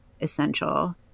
essential